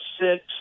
six